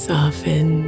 Soften